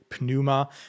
pneuma